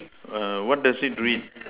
err what does it read